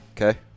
Okay